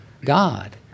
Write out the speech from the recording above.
god